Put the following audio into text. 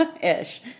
Ish